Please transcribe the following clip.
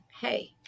hey